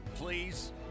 please